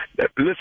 Listen